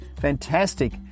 Fantastic